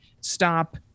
stop